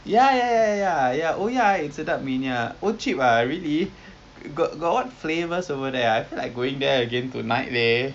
ya ya ya ya oh ya it's sedap mania oh cheap ah really got what flavors over there I feel like going there again tonight leh